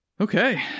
okay